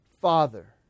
Father